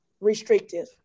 restrictive